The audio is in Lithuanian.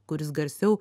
kuris garsiau